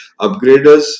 Upgraders